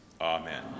Amen